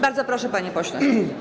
Bardzo proszę, panie pośle.